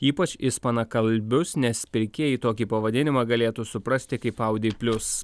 ypač ispanakalbius nes pirkėjai tokį pavadinimą galėtų suprasti kaip audi plius